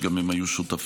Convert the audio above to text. שגם הם היו שותפים,